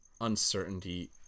uncertainty